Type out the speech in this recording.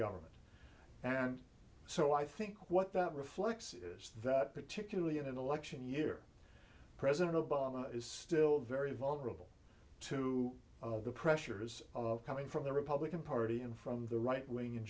government and so i think what that reflects is that particularly in an election year president obama is still very vulnerable to of the pressures of coming from the republican party and from the right wing in